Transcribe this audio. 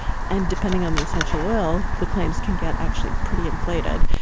and depending on the essential oil, the claims can get actually pretty inflated.